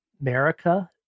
America